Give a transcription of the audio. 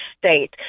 state